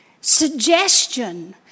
suggestion